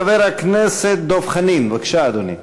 חבר הכנסת דב חנין, בבקשה, אדוני.